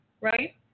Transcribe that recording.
right